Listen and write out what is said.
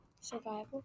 Survival